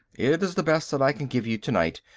it is the best that i can give you to-night.